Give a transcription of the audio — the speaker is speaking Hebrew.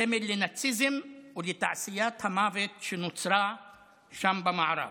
סמל לנאציזם ולתעשיית המוות שנוצרה שם, במערב.